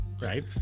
right